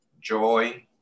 joy